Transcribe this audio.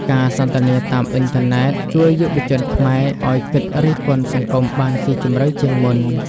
ការសន្ទនាតាមអ៊ីនធឺណិតជួយយុវជនខ្មែរ ឲ្យគិតរិះគន់សង្គមបានសុីជម្រៅជាងមុន។